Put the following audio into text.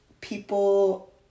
people